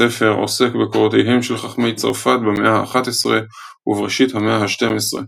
הספר עוסק בקורותיהם של חכמי צרפת במאה ה-11 ובראשית המאה ה-12.